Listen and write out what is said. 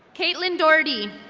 caitlin dorty.